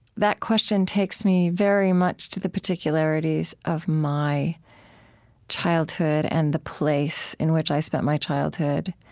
that question takes me very much to the particularities of my childhood and the place in which i spent my childhood.